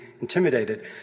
intimidated